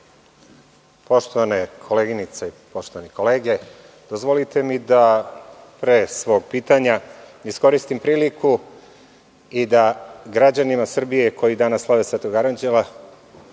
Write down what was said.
Poštovane koleginice, poštovane kolege, dozvolite mi da pre svog pitanja iskoristim priliku i da građanima Srbije koji danas slave Svetog Aranđela